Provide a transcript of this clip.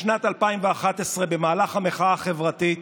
בשנת 2011, במהלך המחאה החברתית,